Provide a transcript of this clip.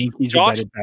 Josh